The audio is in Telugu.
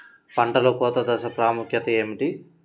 పంటలో కోత దశ ప్రాముఖ్యత ఏమిటి?